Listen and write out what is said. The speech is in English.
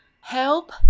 Help